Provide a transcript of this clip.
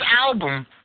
album